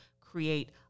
create